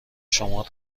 شما